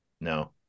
no